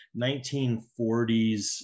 1940s